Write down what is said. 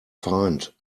find